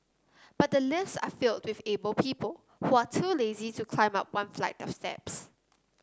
but the lifts are filled with able people who are too lazy to climb up one flight of steps